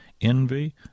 envy